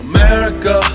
America